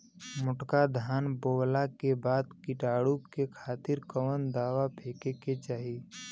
मोटका धान बोवला के बाद कीटाणु के खातिर कवन दावा फेके के चाही?